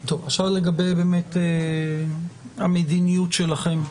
טוב, עכשיו לגבי באמת המדיניות שלכם.